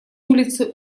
улицы